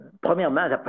premièrement